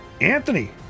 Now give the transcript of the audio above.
Anthony